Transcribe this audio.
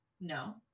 no